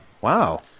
Wow